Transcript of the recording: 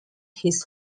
his